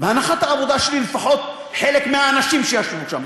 הנחת העבודה שלי היא שלפחות חלק מהאנשים שישבו שם,